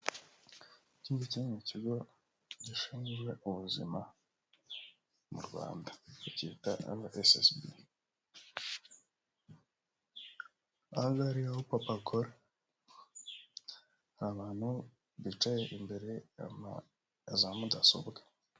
Iki ngiki ni ikigo gishinzwe ubuzima mu Rwanda bacyita Rssb,aha ngaha ni ho papa akora, hari abantu bicaye imbere za mudasobwa.